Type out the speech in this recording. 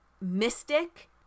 mystic